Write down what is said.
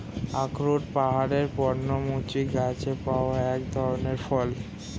আখরোট পাহাড়ের পর্ণমোচী গাছে পাওয়া এক ধরনের ফল